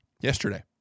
yesterday